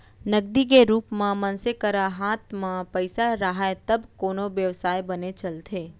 नगदी के रुप म मनसे करा हात म पइसा राहय तब कोनो बेवसाय बने चलथे